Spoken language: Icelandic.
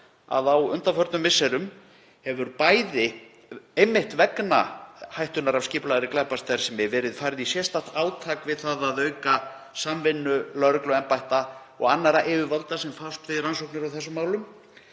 að á undanförnum misserum hefur, einmitt vegna hættunnar af skipulagðri glæpastarfsemi, verið farið í sérstakt átak við að auka samvinnu lögregluembætta og annarra yfirvalda sem fást við rannsóknir á þessum málum